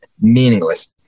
meaningless